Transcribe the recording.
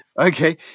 okay